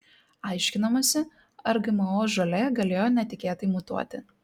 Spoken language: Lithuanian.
aiškinamasi ar gmo žolė galėjo netikėtai mutuoti